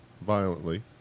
violently